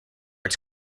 its